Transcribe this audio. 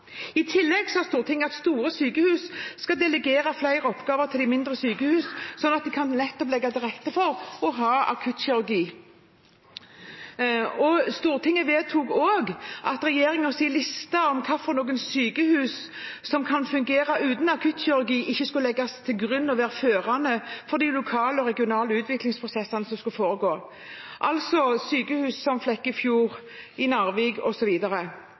I tillegg sa Stortinget at store sykehus skal delegere flere oppgaver til mindre sykehus, slik at de nettopp kan legge til rette for å ha akuttkirurgi. Stortinget vedtok også at regjeringens liste over hvilke sykehus som kan fungere uten akuttkirurgi, ikke skulle legges til grunn og være førende for de lokale og regionale utviklingsprosessene som skulle foregå, altså for sykehus som det i Flekkefjord, det i Narvik